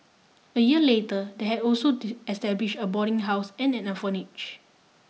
a year later they had also established a boarding house and an orphanage